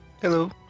Hello